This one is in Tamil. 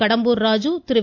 கடம்பூர் ராஜு திருமதி